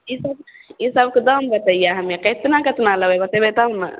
ई सभ ई सभकऽ दाम बतैयै हमे केतना केतना लेबै बतेबै तब ने